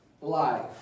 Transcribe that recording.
life